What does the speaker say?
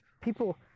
people